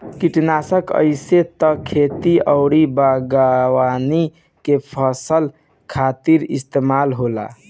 किटनासक आइसे त खेती अउरी बागवानी के फसल खातिर इस्तेमाल होला